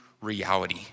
reality